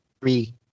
Three